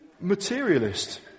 materialist